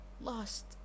lost